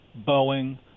Boeing